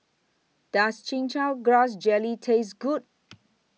Does Chin Chow Grass Jelly Taste Good